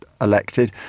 elected